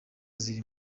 ziri